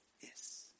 Yes